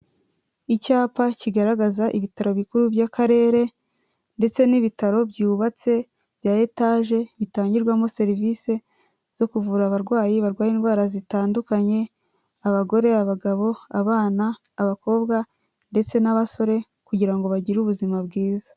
Icyapa kigaragaza ibitaro bikuru by'akarere ndetse n'ibitaro byubatse bya etage bitangirwamo serivisi zo kuvura abarwayi barwaye indwara zitandukanye abagore, abagabo, abana, abakobwa ndetse n'abasore kugira ngo bagire ubuzima bwiza.